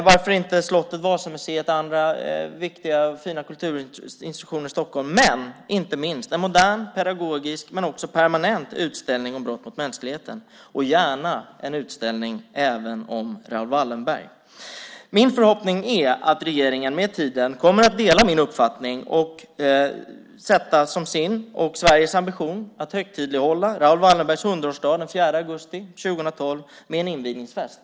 Varför inte slottet, Vasamuseet och andra viktiga och fina kulturinstitutioner i Stockholm - men inte minst, en modern pedagogisk och permanent utställning om brott mot mänskligheten och gärna en utställning även om Raoul Wallenberg. Min förhoppning är att regeringen med tiden kommer att dela min uppfattning och sätta upp som sin och Sveriges ambition att högtidlighålla Raoul Wallenbergs hundraårsdag den 4 augusti 2012 med en invigningsfest.